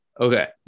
Okay